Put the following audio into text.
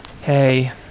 Hey